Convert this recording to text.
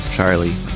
Charlie